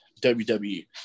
WWE